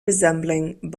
resembling